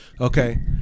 okay